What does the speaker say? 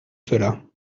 cela